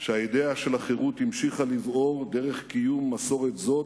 שהאידיאה של החירות המשיכה לבעור דרך קיום מסורת זו